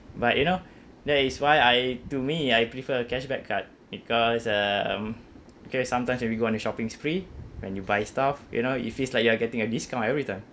but you know that is why I to me I prefer a cashback card because um because sometimes when you go on a shopping spree when you buy stuff you know if it's like you are getting a discount every time